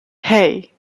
hey